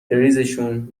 پریزشون